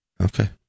Okay